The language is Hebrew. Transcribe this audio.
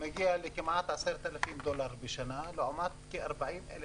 מגיע לכמעט 10,000 דולר בשנה לעומת כ-40,000